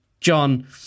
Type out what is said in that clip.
John